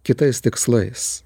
kitais tikslais